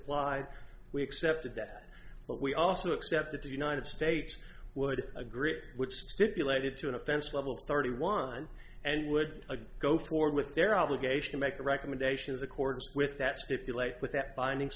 applied we accepted that but we also accept that the united states would agree which stipulated to an offense level thirty one and would go forward with their obligation make the recommendations accords with that stipulate with that binding